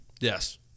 Yes